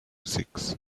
six